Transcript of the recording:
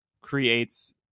creates